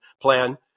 plan